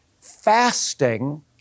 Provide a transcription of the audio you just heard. fasting